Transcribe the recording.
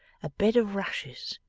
a bed of rushes.